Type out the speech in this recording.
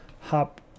hop